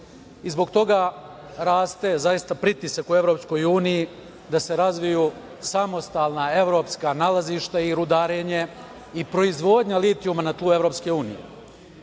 i zbog toga raste zaista pritisak u EU da se razviju samostalna evropska nalazišta i rudarenje i proizvodnja litijuma na tlu EU.Kao